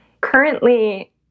Currently